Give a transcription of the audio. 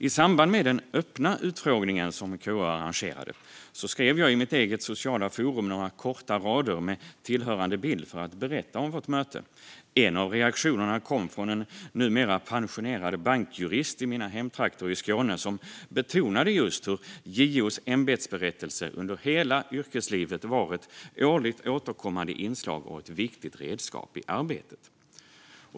I samband med den öppna utfrågningen som KU arrangerade skrev jag i mitt eget sociala forum några korta rader med tillhörande bild för att berätta om vårt möte. En av reaktionerna kom från en numera pensionerad bankjurist i mina hemtrakter i Skåne, som betonade just hur JO:s ämbetsberättelse under hela yrkeslivet varit ett årligt återkommande inslag och ett viktigt redskap i arbetet.